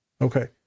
okay